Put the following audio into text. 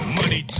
money